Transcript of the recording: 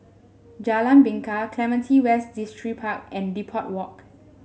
Jalan Bingka Clementi West Distripark and Depot Walk